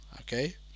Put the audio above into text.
okay